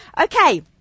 Okay